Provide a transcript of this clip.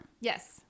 yes